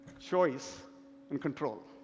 choice and control.